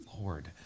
Lord